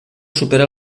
supera